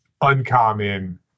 uncommon